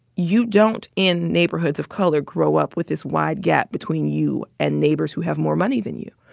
you don't, in neighborhoods of color, grow up with this wide gap between you and neighbors who have more money than you.